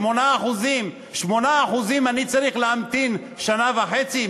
8%. 8% אני צריך להמתין שנה וחצי?